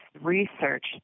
research